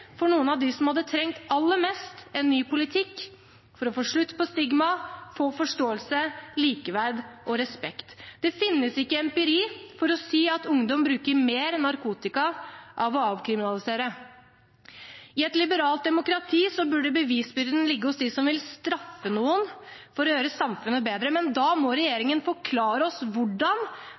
for noen av dem som aller mest hadde trengt en ny politikk, for å få slutt på stigma, få forståelse, likeverd og respekt. Det finnes ikke empiri for å si at å avkriminalisere gjør at ungdom bruker mer narkotika. I et liberalt demokrati burde bevisbyrden ligge hos dem som vil straffe noen for å gjøre samfunnet bedre, men da må regjeringen forklare oss hvordan